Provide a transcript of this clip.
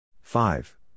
Five